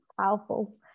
powerful